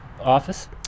office